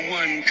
one